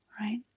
right